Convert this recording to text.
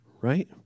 right